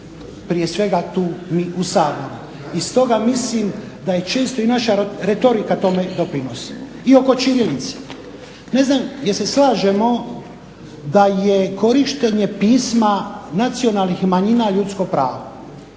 Prije svega tu mi u Saboru. I stoga mislim da često i naša retorika tome doprinosi. I oko ćirilice, ne znam jel' se slažemo da je korištenje pisma nacionalnih manjina ljudsko pravo?